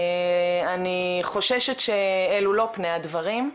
אני חוששת שאלו לא פני הדברים,